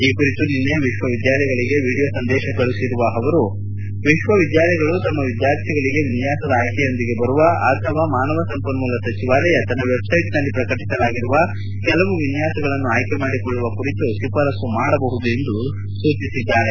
ಈ ಕುರಿತು ನಿನ್ನೆ ವಿಶ್ವವಿದ್ಯಾಲಯಗಳಿಗೆ ವಿಡಿಯೋ ಸಂದೇಶ ಕಳುಹಿಸಿರುವ ಅವರು ವಿಶ್ವವಿದ್ಯಾಲಯಗಳು ತಮ್ಮ ವಿದ್ಯಾರ್ಥಿಗಳಿಗೆ ವಿನ್ಸಾಸದ ಆಯ್ಲೆಗಳೊಂದಿಗೆ ಬರುವ ಅಥವಾ ಮಾನವ ಸಂಪನ್ನೂಲ ಸಚಿವಾಲಯ ತನ್ನ ವೆಬ್ ಸೈಟ್ ನಲ್ಲಿ ಪ್ರಕಟಿಸಲಾಗಿರುವ ಕೆಲವು ವಿನ್ಯಾಸಗಳನ್ನು ಆಯ್ಕೆ ಮಾಡಿಕೊಳ್ಳುವ ಕುರಿತು ಶಿಫಾರಸು ಮಾಡಬಹುದು ಎಂದು ಸೂಚಿಸಿದ್ದಾರೆ